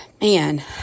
man